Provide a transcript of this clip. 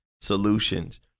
solutions